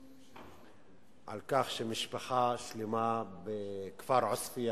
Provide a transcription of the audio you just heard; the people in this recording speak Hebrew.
על כך שמשפחה שלמה בכפר עוספיא